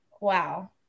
wow